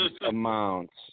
amounts